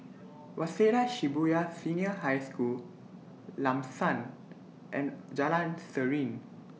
Waseda Shibuya Senior High School Lam San and Jalan Serene